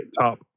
top